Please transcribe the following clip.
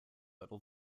little